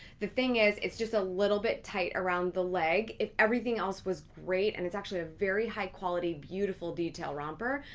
the thing is, it's just a little bit tight around the leg. everything else was great, and it's actually a very high quality, beautiful detail romper.